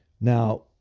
now